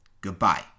goodbye